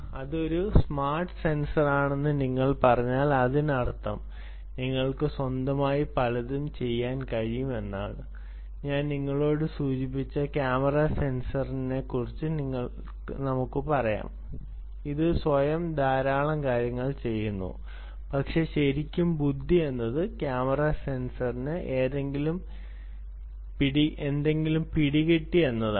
ഇത് ഒരു സ്മാർട്ട് സെൻസറാണെന്ന് നിങ്ങൾ പറഞ്ഞാൽ അതിനർത്ഥം നിങ്ങൾക്ക് സ്വന്തമായി പലതും ചെയ്യാൻ കഴിയും ഞാൻ നിങ്ങളോട് സൂചിപ്പിച്ച ക്യാമറ സെൻസറിനെക്കുറിച്ച് നമുക്ക് പറയാം അത് സ്വയം ധാരാളം കാര്യങ്ങൾ ചെയ്യുന്നു പക്ഷേ ശരിക്കും ബുദ്ധി എന്നത് ക്യാമറ സെൻസറിന് എന്തെങ്കിലും പിടികിട്ടി എന്നതാണ്